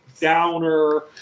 downer